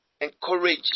encourage